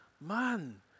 man